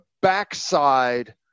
backside